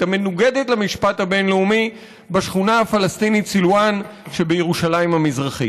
המנוגדת למשפט הבין-לאומי בשכונה הפלסטינית סילוואן שבירושלים המזרחית.